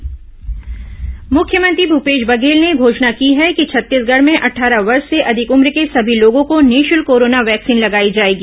Covid टीकाकरण मुख्यमंत्री भूपेश बघेल ने घोषणा की है कि छत्तीसगढ़ में अट्ठारह वर्ष से अधिक उम्र के सभी लोगों को निःशुल्क कोरोना वैंक्सीन लगाई जाएगी